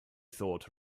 thought